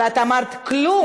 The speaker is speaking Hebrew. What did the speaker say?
אבל את אמרת: כלום.